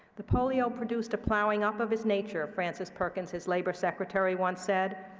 the polio produced a plowing up of his nature, frances perkins, his labor secretary, once said.